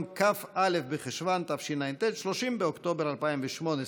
15, אין מתנגדים, אין נמנעים.